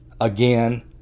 again